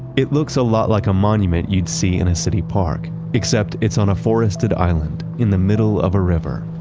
it looks a lot like a monument you'd see in a city park, except it's on a forested island in the middle of a river.